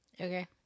Okay